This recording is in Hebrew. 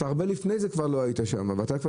אתה הרבה לפני זה כבר לא היית שם וכבר